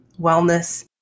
wellness